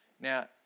Now